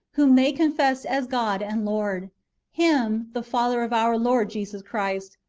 whom they confessed as god and lord him, the father of our lord jesus christ,